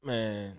Man